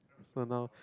so now